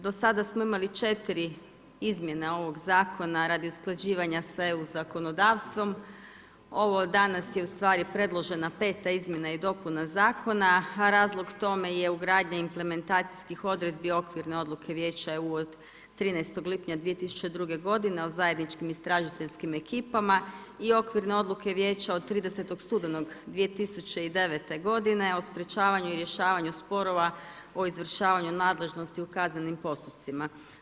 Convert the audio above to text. Do sada smo imali 4 izmjena ovog zakona radi usklađivanja sa EU zakonodavstvom, ovo danas je ustvari predložena 5 izmjena i dopuna zakona, a razlog tome je ugradnja implementacijskih odredbi okvirne odluke Vijeća EU od 13. lipnja 2002. godine o zajedničkim istražiteljskim ekipama i okvirne odluke Vijeća od 30. studenog 2009. godine o sprječavanju i rješavanju sporova o izvršavanju nadležnosti u kaznenim postupcima.